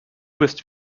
bist